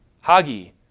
Hagi